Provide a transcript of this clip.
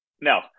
No